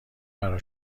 برا